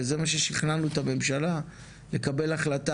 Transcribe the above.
וזה מה ששכנענו את הממשלה לקבל החלטה